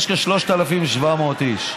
יש כ-3,700 איש.